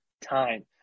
time